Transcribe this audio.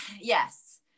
yes